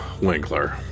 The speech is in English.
Winkler